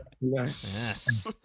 Yes